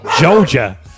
Georgia